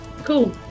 cool